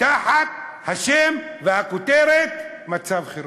תחת השם והכותרת: מצב חירום.